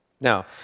now